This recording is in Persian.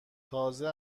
تازه